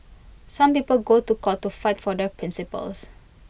some people go to court to fight for their principles